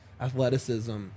athleticism